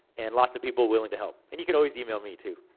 and lots of people willing to help. and you could always email me too.